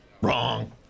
Wrong